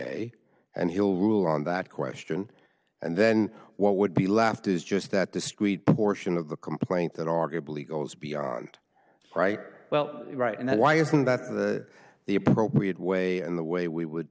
a and he will rule on that question and then what would be left is just that discrete portion of the complaint that arguably goes beyond right well right and then why isn't that the the appropriate way and the way we would